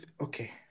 Okay